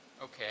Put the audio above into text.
Okay